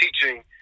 teaching